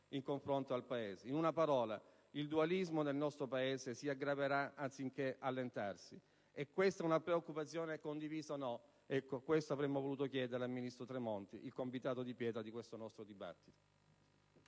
in confronto al Paese. In una parola, il dualismo nel nostro Paese si aggraverà anziché allentarsi. È questa una preoccupazione condivisa, o no? Ecco, questo avremmo voluto chiedere al ministro Tremonti, il convitato di pietra di questo nostro dibattito.